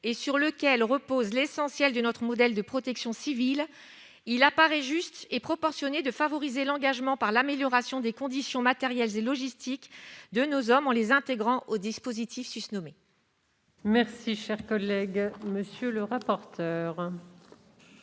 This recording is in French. et sur lequel repose l'essentiel de notre modèle de protection civile, il apparaît juste et proportionné de favoriser l'engagement par l'amélioration des conditions matérielles et logistiques de nos volontaires en les intégrant au dispositif susnommé. Quel est l'avis de la